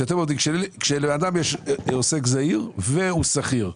כשלבן אדם יש עוסק זעיר והוא שכיר,